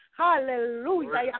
Hallelujah